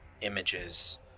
images